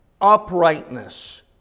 Uprightness